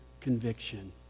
conviction